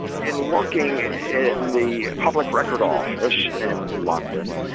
in working in the public record office and in london,